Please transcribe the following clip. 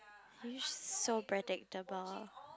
are you so predictable